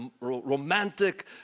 romantic